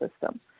system